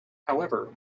however